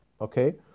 Okay